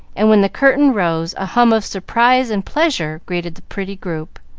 and, when the curtain rose, a hum of surprise and pleasure greeted the pretty group.